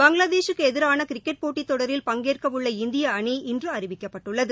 பங்களாதேஷூக்கு எதிராள கிரிக்கெட் போட்டித் தொடரில் பங்கேற்கஉள்ள இந்திய அணி இன்று அறிவிக்கப்பட்டுள்ளது